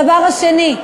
הדבר השני,